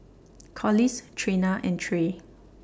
Collis Trena and Tre